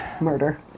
Murder